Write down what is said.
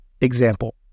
Example